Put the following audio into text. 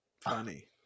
Funny